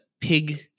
pig